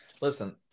Listen